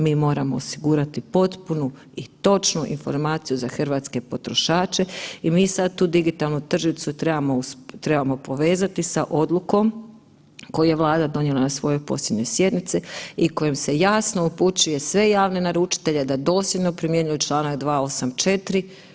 Mi moramo osigurati potpunu i točnu informaciju za hrvatske potrošače i mi sada tu digitalnu tržnicu trebamo povezati sa odlukom koju je Vlada donijela na posljednjoj sjednici i kojom se jasno upućuje sve javne naručitelje da dosljedno primjenu čl. 284.